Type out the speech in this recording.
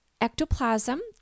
ectoplasm